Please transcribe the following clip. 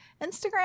Instagram